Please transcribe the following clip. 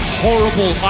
horrible